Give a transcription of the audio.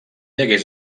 hagués